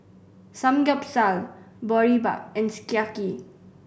Samgeyopsal Boribap and Sukiyaki